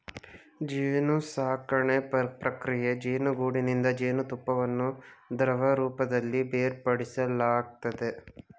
ಜೇನುಸಾಕಣೆ ಪ್ರಕ್ರಿಯೆ ಜೇನುಗೂಡಿನಿಂದ ಜೇನುತುಪ್ಪವನ್ನು ದ್ರವರೂಪದಲ್ಲಿ ಬೇರ್ಪಡಿಸಲಾಗ್ತದೆ